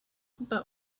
but